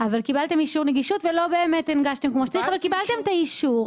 קיבלתם אישור נגישות ולא באמת הנגשתם כמו שצריך אבל קיבלתם את האישור,